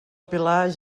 pilar